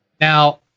Now